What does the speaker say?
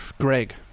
Greg